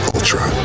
Ultra